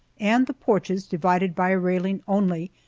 and the porches divided by a railing only,